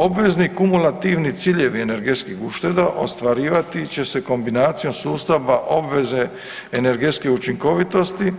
Obvezni kumulativni ciljevi energetskih ušteda ostvarivati će se kombinacijom sustava obveze energetske učinkovitosti